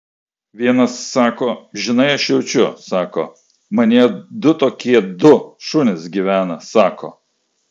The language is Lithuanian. vienas sako žinai aš jaučiu sako manyje du tokie du šunys gyvena sako